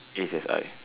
A_C_S_I